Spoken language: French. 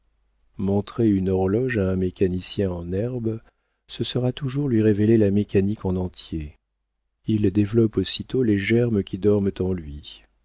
montrer une horloge à un mécanicien en herbe ce sera toujours lui révéler la mécanique en entier il développe aussitôt les germes qui dorment en lui